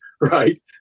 right